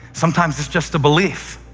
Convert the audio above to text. sometimes it's just a belief.